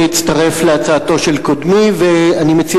אני מצטרף להצעתו של קודמי ואני מציע